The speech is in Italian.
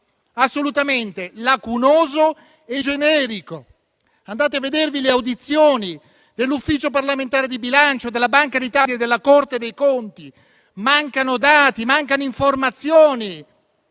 assolutamente lacunoso e generico. Andate a vedere le audizioni dell'Ufficio parlamentare di bilancio, della Banca d'Italia e della Corte dei conti: mancano dati, mancano informazioni